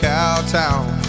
Cowtown